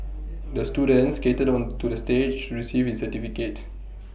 the student skated onto the stage to receive his certificate